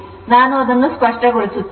ನಾನು ಅದನ್ನು ಸ್ಪಷ್ಟಗೊಳಿಸುತ್ತೇನೆ